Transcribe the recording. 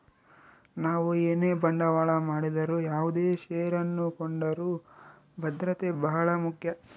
ನಾವು ಏನೇ ಬಂಡವಾಳ ಮಾಡಿದರು ಯಾವುದೇ ಷೇರನ್ನು ಕೊಂಡರೂ ಭದ್ರತೆ ಬಹಳ ಮುಖ್ಯ